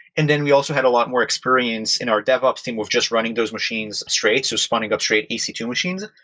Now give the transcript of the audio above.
and then we also had a lot more experience in our devops team of just running those machines straight. so spunning up straight e c two machines.